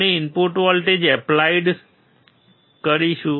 આપણે input voltage applied કરીશું